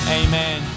amen